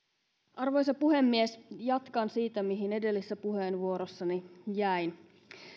arvoisa puhemies jatkan siitä mihin edellisessä puheenvuorossani jäin